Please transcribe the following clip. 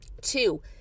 Two